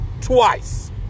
twice